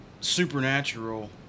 Supernatural